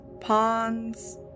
ponds